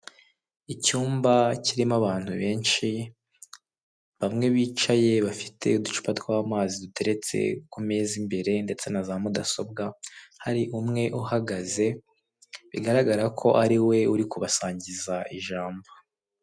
Icyumba kirimo abantu benshi bamwe bicaye bafite uducupa tw'amazi duteretse ku meza imbere ndetse na za mudasobwa hari umwe uhagaze bigaragara ko ariwe uri kubasangiza ijambo.